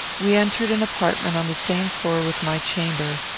we entered an apartment on the same floor with my chamber,